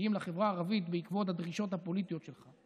שמגיעים לחברה הערבית בעקבות הדרישות הפוליטיות שלך?